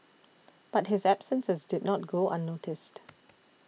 but his absences did not go unnoticed